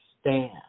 stand